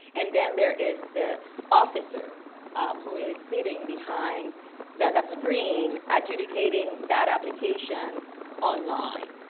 and then there is the officer who is sitting behind that that screen adjudicating that application online.